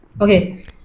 Okay